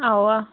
اَوا